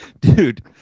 Dude